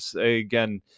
Again